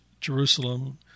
Jerusalem